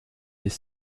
des